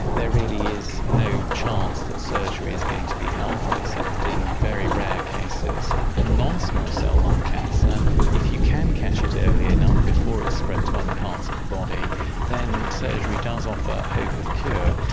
there really is no chance that surgery is going to be helpful except in very rare cases. for non-small cell lung cancer if you can catch it early enough before it has spread to other parts of the body then surgery does offer hope of cure.